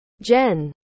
Jen